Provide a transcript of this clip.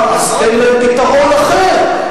אז תן להם פתרון אחר.